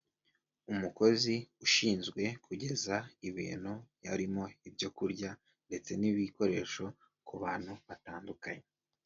Umukozi ushinzwe kugeza ibintu harimo ibyo kurya ndetse n'ibikoresho ku bantu batandukanye.